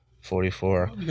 Forty-four